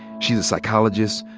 she's a psychologist,